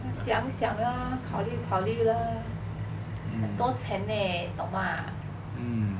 想想考虑考虑 lah 很多钱 leh 懂吗